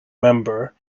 member